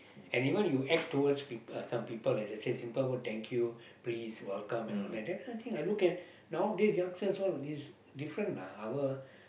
and even you act towards people some people as like I say simple word thank you please welcome and all that that kind of thing I look at nowadays youngsters all these different lah our